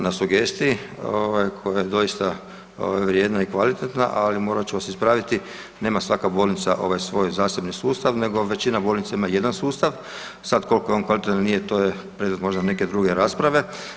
Hvala vam na sugestiji ovaj koja je doista ovaj vrijedna i kvalitetna, ali morat ću vas ispraviti, nema svaka bolnica ovaj svoj zasebni sustav nego većina bolnica ima jedan sustav, sad kolko je on kvalitetan ili nije to je predmet možda neke druge rasprave.